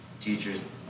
teachers